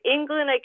England